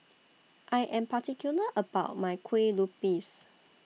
I Am particular about My Kueh Lupis